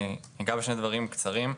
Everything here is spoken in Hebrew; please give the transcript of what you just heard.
אני אגע בשני דברים קצרים,